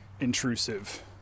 intrusive